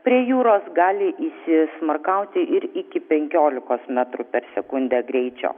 prie jūros gali įsismarkauti ir iki penkiolikos metrų per sekundę greičio